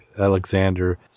Alexander